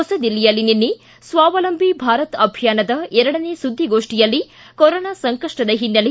ಹೊಸದಿಲ್ಲಿಯಲ್ಲಿ ನಿನ್ನೆ ಸ್ವಾವಲಂಬಿ ಭಾರತ ಅಭಿಯಾನದ ಎರಡನೇಯ ಸುದ್ದಿಗೋಷ್ಠಿಯಲ್ಲಿ ಕೊರೋನಾ ಸಂಕಪ್ಲದ ಹಿನ್ನೆಲೆ